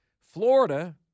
Florida